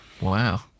Wow